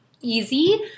easy